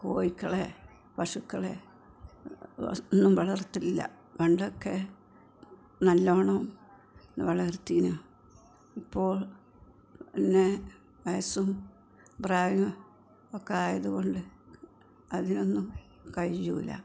കോഴിക്കളെ പശുക്കളെ ഒന്നും വളർത്തുന്നില്ല പണ്ടൊക്കെ നല്ലവണ്ണം വളർത്തിയിരുന്നു ഇപ്പോൾ പിന്നെ വയസ്സും പ്രായവും ഒക്കെ ആയതുകൊണ്ട് അതിനൊന്നും കഴിയില്ല